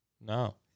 No